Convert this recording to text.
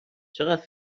چقدر